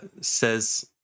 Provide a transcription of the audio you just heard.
says